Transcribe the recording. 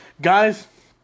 guys